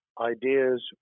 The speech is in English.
ideas